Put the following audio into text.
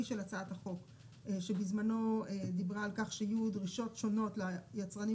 של הצעת החוק שבזמנו דיברה על כך שיהיו דרישות שונות ליצרנים